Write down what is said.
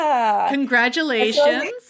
congratulations